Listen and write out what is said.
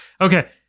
Okay